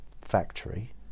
factory